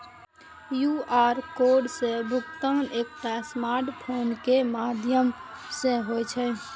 QR code सं भुगतान एकटा स्मार्टफोन के माध्यम सं होइ छै